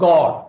God